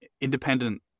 independent